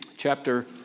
Chapter